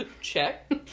Check